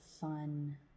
fun